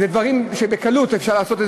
אלה דברים שבקלות אפשר לעשות,